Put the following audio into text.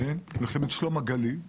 אני טיפלתי